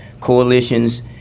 coalitions